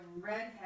redhead